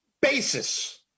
basis